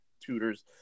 tutors